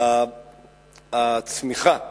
הצמיחה הדמוגרפית,